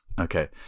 Okay